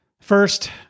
First